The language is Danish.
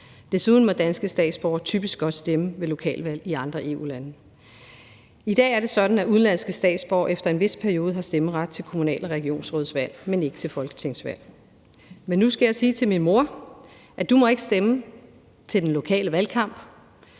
Desuden må danske statsborgere typisk også stemme ved lokalvalg i andre EU-lande. I dag er det sådan, at udenlandske statsborgere efter en vis periode har stemmeret til kommunal- og regionsrådsvalg, men ikke til folketingsvalg. Nu skal jeg sige til min mor, at hun ikke må stemme til de lokale valg